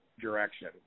direction